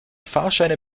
fahrscheine